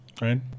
right